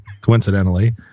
coincidentally